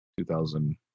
2000